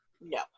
No